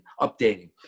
updating